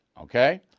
Okay